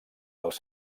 dels